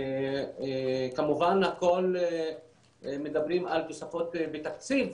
כמובן הכול מדברים על תוספות בתקציב,